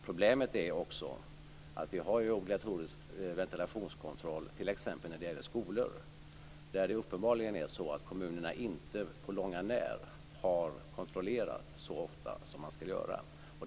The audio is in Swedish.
Problemet är att vi har obligatorisk ventilationskontroll t.ex. när det gäller skolor, där det uppenbarligen är så att kommunerna inte på långt när har kontrollerat så ofta som man ska göra.